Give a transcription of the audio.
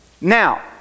Now